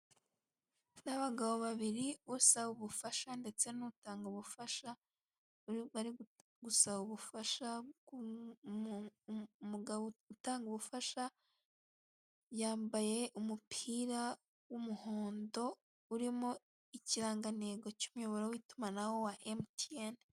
Ni abagabo babiri usaba ubufasha ndetse n'utanga ubufasha, uri gutanga ubufasha yambaye umupira w'umuhondo urimo ikirangantego cy'umuyoboro w'itumanaho wa emutiyeni